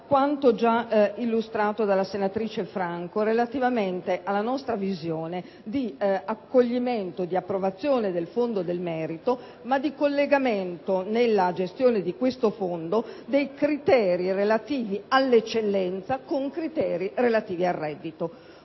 quanto giaillustrato dalla senatrice Vittoria Franco relativamente alla nostra visione di accoglimento e di approvazione del Fondo per il merito, ma nell’ottica di un collegamento, nella gestione di questo Fondo, dei criteri relativi all’eccellenza con quelli relativi al reddito.